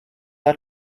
are